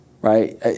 Right